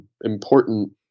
important